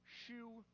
shoe